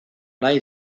nahi